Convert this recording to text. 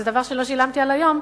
זה דבר שלא שילמתי עד היום,